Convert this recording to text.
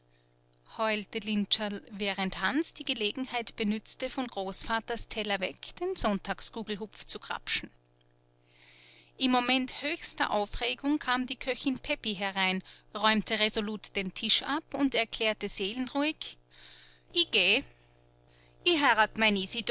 lintscherl während hans die gelegenheit benützte von großvaters teller weg den sonntagsgugelhupf zu grapsen im moment höchster aufregung kam die köchin pepi herein räumte resolut den tisch ab und erklärte seelenruhig i geh